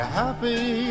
happy